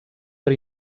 per